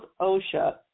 OSHA